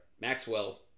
Maxwell